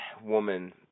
woman